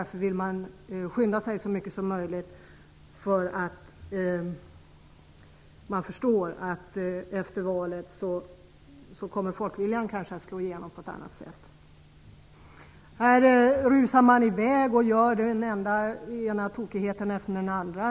Man vill då skynda sig så mycket som möjligt, eftersom man förstår att folkviljan efter valet kanske kommer att slå igenom på ett annat sätt. Man rusar här i väg och gör den ena tokigheten efter den andra.